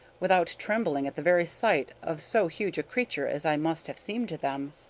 without trembling at the very sight of so huge a creature as i must have seemed to them.